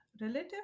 relative